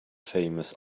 famous